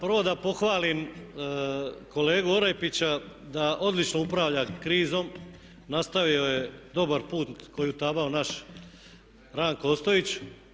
Prvo da pohvalim kolegu Orepića da odlično upravlja krizom, nastavio je dobar put koji je utabao naš Ranko Ostojić.